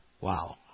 Wow